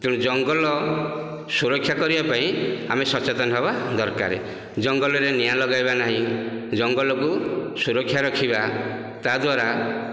ତେଣୁ ଜଙ୍ଗଲ ସୁରକ୍ଷା କରିବା ପାଇଁ ଆମେ ସଚେତନ ହେବା ଦରକାର ଜଙ୍ଗଲରେ ନିଆଁ ଲଗାଇବା ନାହିଁ ଜଙ୍ଗଲକୁ ସୁରକ୍ଷା ରଖିବା ତାଦ୍ଵାରା